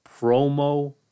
Promo